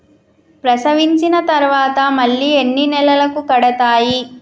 ప్రసవించిన తర్వాత మళ్ళీ ఎన్ని నెలలకు కడతాయి?